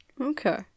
Okay